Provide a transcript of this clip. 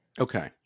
Okay